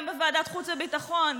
גם בוועדת חוץ וביטחון,